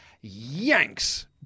yanks